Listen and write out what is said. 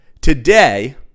Today